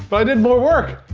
but i did more work!